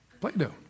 Play-Doh